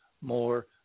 more